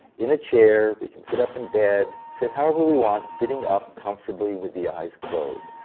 in a chair, we can sit up in bed, sit however we want, sitting up comfortably with the eyes closed.